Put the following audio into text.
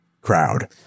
crowd